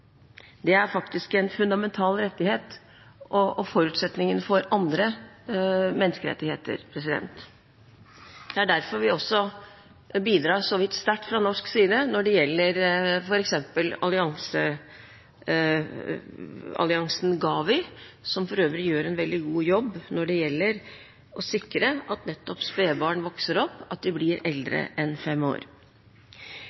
år, er faktisk en fundamental rettighet og forutsetningen for andre menneskerettigheter. Det er derfor vi også bidrar så vidt sterkt fra norsk side når det gjelder f.eks. vaksinealliansen GAVI, som før øvrig gjør en veldig god jobb med å sikre at nettopp spedbarn vokser opp, at de blir eldre enn fem år.